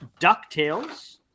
DuckTales